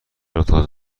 اتاق